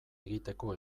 egiteko